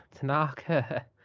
Tanaka